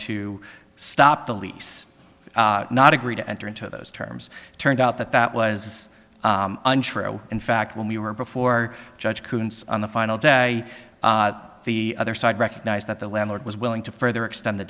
to stop the lease not agree to enter into those terms turned out that that was untrue in fact when we were before judge koontz on the final day the other side recognized that the landlord was willing to further extend the